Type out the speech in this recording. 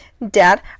Dad